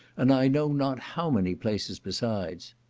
and i know not how many places besides.